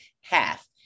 half